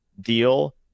deal